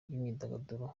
by’imyidagaduro